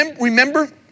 remember